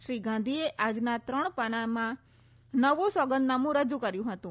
શ્રી ગાંધીએ આજના ત્રણ પાનાનું નવું સોગંદનામું રજૂ કર્યું હતું